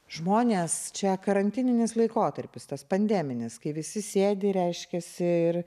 žmonės čia karantininis laikotarpis tas pandeminis kai visi sėdi reiškiasi ir